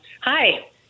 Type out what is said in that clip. Hi